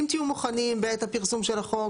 אם תהיו מוכנים בעת הפרסום של החוק,